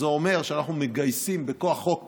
זה אומר שאנחנו מגייסים בכוח חוק